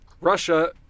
Russia